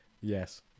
Yes